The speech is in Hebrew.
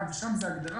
ושם זאת הגדרה